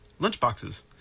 Lunchboxes